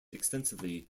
extensively